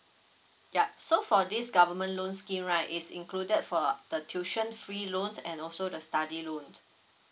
yup so for this government loan scheme right is included for the tuition fee loans and also the study loan